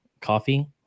coffee